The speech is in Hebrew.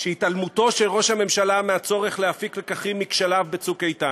שהתעלמותו של ראש הממשלה מהצורך להפיק לקחים מכשליו בצוק איתן,